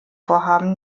vorhaben